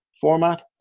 format